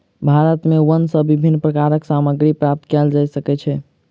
भारत में वन सॅ विभिन्न प्रकारक सामग्री प्राप्त कयल जा सकै छै